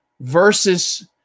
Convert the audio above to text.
versus